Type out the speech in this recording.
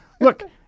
look